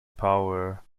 power